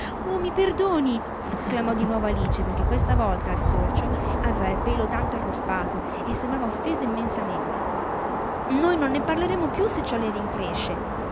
sorci oh mi perdoni sclamò di nuovo alice perchè questa volta il sorcio aveva il pelo tutto arruffato e sembrava offeso immensamente noi non ne parleremo più se ciò le incresce